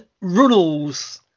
Runnels